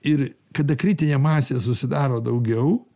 ir kada kritinė masė susidaro daugiau